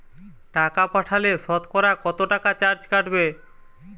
টাকা পাঠালে সতকরা কত টাকা চার্জ কাটবে?